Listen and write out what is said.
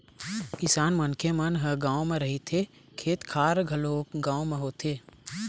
किसान मनखे मन ह गाँव म रहिथे, खेत खार घलोक गाँव म होथे